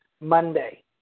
Monday